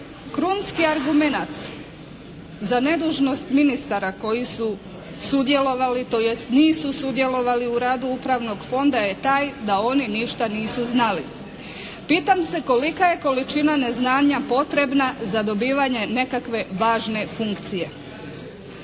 Krunski argumenat za nedužnost ministara koji su sudjelovali, tj. nisu sudjelovali u radu upravnog fonda je taj da oni ništa nisu znali. Pitam se kolika je količina neznanja potrebna za dobivanje nekakve važne funkcije